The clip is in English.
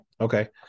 Okay